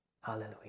hallelujah